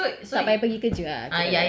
okay okay imagine so so you